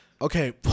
Okay